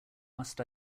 must